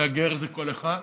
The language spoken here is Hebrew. והגר זה כל אחד,